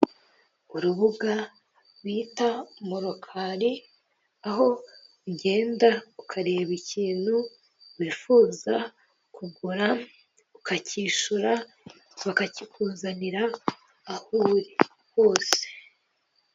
Urubuga bita Murukari, aho ugenda ukareba ikintu wifuza kugura ukakishyura, bakakikuzanira aho uri hose.